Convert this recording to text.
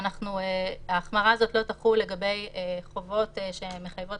וההחמרה הזאת לא תחול לגבי חובות שמחייבות